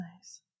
nice